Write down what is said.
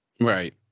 Right